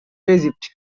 egypt